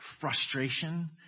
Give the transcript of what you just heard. frustration